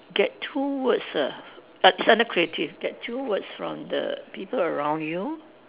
get two words ah ah it's under creative get two words from the people around you